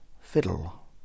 Fiddle